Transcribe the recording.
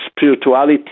spirituality